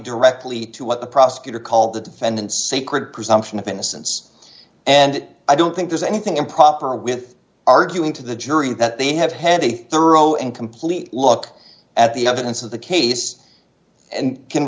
directly to what the prosecutor called the defendant's sacred presumption of innocence and i don't think there's anything improper with arguing to the jury that they have had a thorough and complete look at the evidence of the case and can